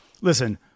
listen